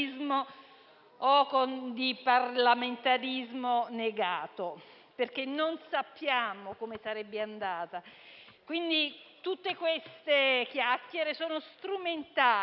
o di parlamentarismo negato, perché non sappiamo come sarebbe andata. Tutte queste chiacchiere sono pertanto